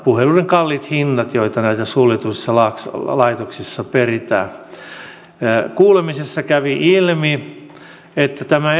puheluiden kalliit hinnat joita näissä suljetuissa laitoksissa peritään kuulemisessa kävi ilmi että tämä